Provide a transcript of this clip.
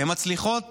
הן מצליחות.